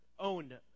owned